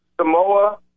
Samoa